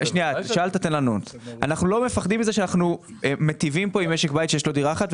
אנחנו לא מפחדים מזה שאנחנו מיטיבים עם משק בית שיש לו דירה אחת,